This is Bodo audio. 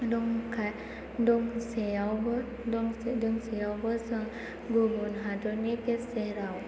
दंसेआवबो जों गुबुन हादरनि गेजेराव